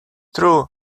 true